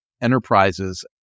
enterprises